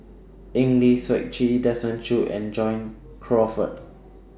Eng Lee Seok Chee Desmond Choo and John Crawfurd